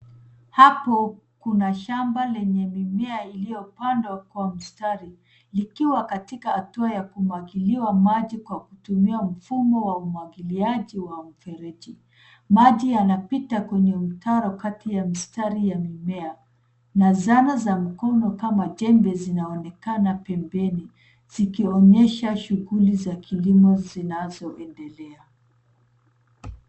Hapo kuna shamba lenye mimea iliyopandwa kwa mstari likiwa katika hatua ya kumwagiliwa maji kwa kutumia mfumo wa umwagiliaji wa mfereji, maji yanapita kwenye mtaro kati ya mstari ya mimea na zana za mkono kama jembe zinaonekana pembeni zikionyesha shughuli za kilimo zinazo endelea.